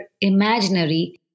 imaginary